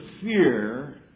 fear